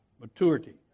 maturity